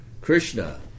Krishna